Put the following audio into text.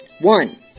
One